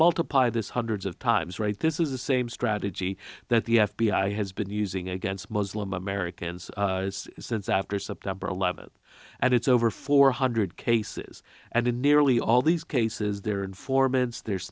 multiply this hundreds of times right this is the same strategy that the f b i has been using against muslim americans since after september eleventh and it's over four hundred cases and in nearly all these cases there informants there